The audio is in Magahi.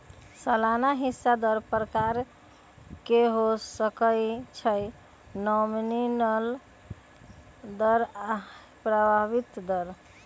सलाना हिस्सा दर प्रकार के हो सकइ छइ नॉमिनल दर आऽ प्रभावी दर